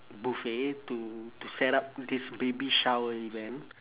buffet to to set up this baby shower event